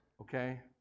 Okay